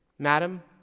Madam